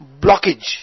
blockage